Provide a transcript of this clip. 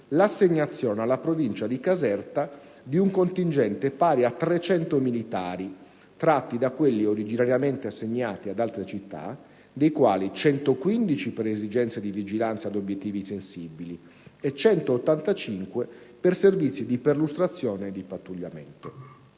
l'assegnazione alla provincia di Caserta di un contingente pari a 300 militari (tratti da quelli originariamente assegnati ad altre città), dei quali 115 per esigenze di vigilanza agli obiettivi sensibili e 185 per servizi di perlustrazione e di pattugliamento.